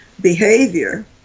behavior